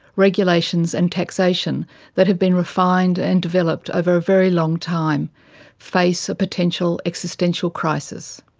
regulations and taxation that have been refined and developed over a very long time face a potential existential crisis.